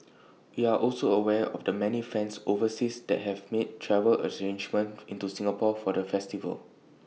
we are also aware of the many fans overseas that have made travel arrangements into Singapore for the festival